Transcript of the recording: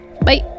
bye